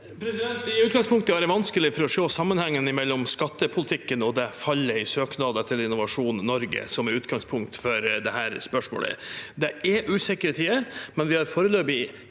I utgangs- punktet har jeg vanskelig for å se sammenhengen mellom skattepolitikken og fallet i søknader til Innovasjon Norge, som er utgangspunktet for dette spørsmålet. Det er usikre tider, men vi har foreløpig